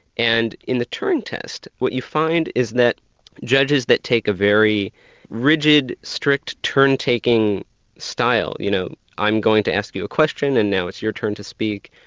and in the turing test, what you find is that judges that take a very rigid, strict, turn-taking style, you know, i'm going to ask you question and now it's your turn to speak,